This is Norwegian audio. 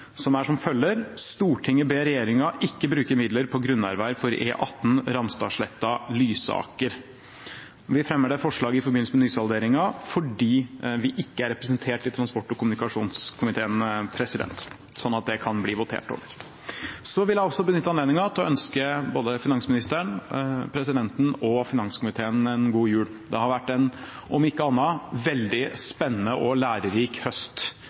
som lyder: «Stortinget ber regjeringen ikke bruke midler på grunnerverv for E18 Ramstadsletta–Lysaker.» Vi fremmer dette forslaget i forbindelse med nysalderingen fordi vi ikke er representert i transport- og kommunikasjonskomiteen, og sånn at det kan bli votert over. Så vil jeg også benytte anledningen til å ønske både finansministeren, presidenten og finanskomiteen en god jul. Det har vært en, om ikke annet, veldig spennende og lærerik høst.